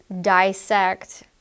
dissect